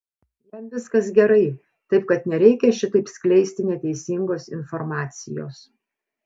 jam viskas gerai taip kad nereikia šitaip skleisti neteisingos informacijos